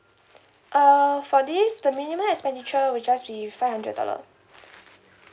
err for this the minimum expenditure will just be five hundred dollar